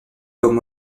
comme